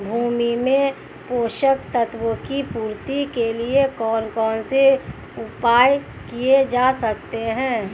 भूमि में पोषक तत्वों की पूर्ति के लिए कौन कौन से उपाय किए जा सकते हैं?